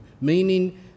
meaning